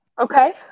Okay